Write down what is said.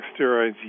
steroids